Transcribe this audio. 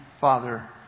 Father